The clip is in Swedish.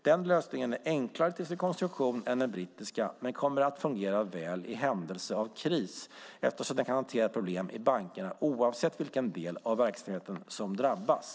Den lösningen är enklare till sin konstruktion än den brittiska men kommer att fungera väl i händelse av kris eftersom den kan hantera problem i bankerna oavsett vilken del av verksamheten som drabbas.